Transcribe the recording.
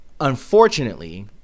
unfortunately –